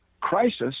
crisis